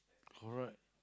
correct